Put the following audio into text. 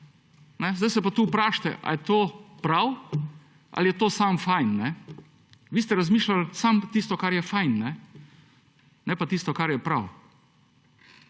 Zdaj pa se tukaj vprašajte ali je to prav ali je to samo fajn. Vi ste razmišljali samo tisto, kar je fajn, ne pa tisto, kar je prav.